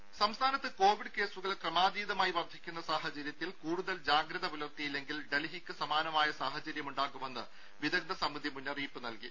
രും സംസ്ഥാനത്ത് കൊവിഡ് കേസുകൾ ക്രമാതീതമായി വർധിക്കുന്ന സാഹചര്യത്തിൽ കൂടുതൽ ജാഗ്രത പുലർത്തിയില്ലെങ്കിൽ ഡൽഹിക്ക് സമാനമായ സാഹചര്യമുണ്ടാകുമെന്ന് വിദഗ്ദ്ധ സമിതി മുന്നറിയിപ്പ് നൽകി